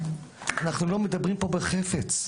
אנחנו לא מדברים פה על חפץ,